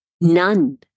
none